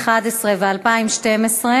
כי הסל זה לא אותם מוצרים,